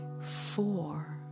four